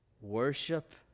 worship